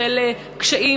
בשל קשיים,